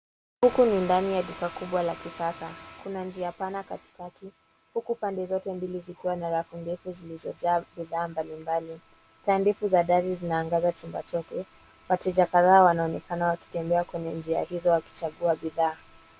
Huku ni ndani ya duka kubwa la kisasa. Kuna njia pana katikati, huku pande zote mbili zikiwa na rafu ndefu zilizojaa bidhaa mbali mbali. Taa ndefu za dari zinaangaza chumba chote. Wateja kadhaa wanaonekana wakitembea kwenye njia hizo wakichagua bidhaa.